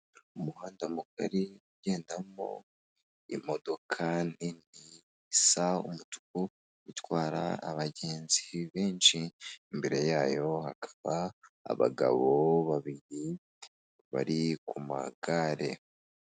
Umuhanda mugari ugendamo imodoka nini isa umutuku, itwara abagenzi benshi. Imbere yayo hakaba abagabo babiri, bari ku magare.